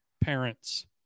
parents